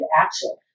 action